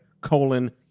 colon